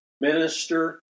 minister